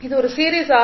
இது ஒரு series R